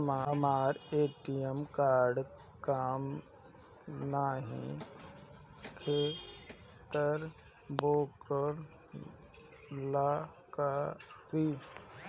हमर ATM card काम नईखे करत वोकरा ला का करी?